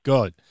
Good